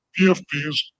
PFPs